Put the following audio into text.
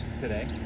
today